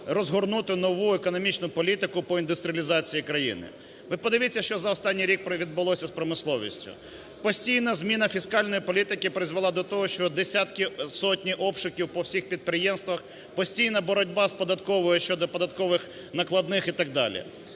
розгорнути нову економічну політику по індустріалізації країни. Ви подивіться, що за останній рік відбулось з промисловістю. Постійна зміна фіскальної політика призвела до того, що десятки-сотні обшуків по всіх підприємствах, постійна боротьба з податковою щодо податкових накладних і так далі.